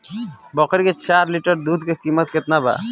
बकरी के चार लीटर दुध के किमत केतना बा?